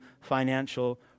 financial